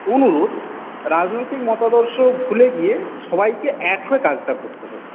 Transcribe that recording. অনুরোধ রাজনৈতিক মতাদর্শ ভুলে গিয়ে সবাইকে এক হয়ে কাজটা করতে হবে